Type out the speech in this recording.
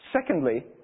secondly